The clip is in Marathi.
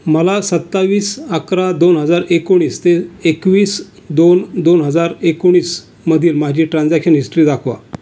मला सत्तावीस अकरा दोन हजार एकोणीस ते एकवीस दोन दोन हजार एकोणीसमधील माझी ट्रान्झॅक्शन हिस्ट्री दाखवा